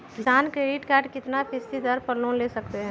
किसान credit card कितना फीसदी दर पर लोन ले सकते हैं?